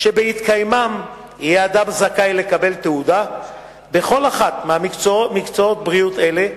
שבהתקיימם יהיה אדם זכאי לקבל תעודה בכל אחד ממקצועות בריאות אלה,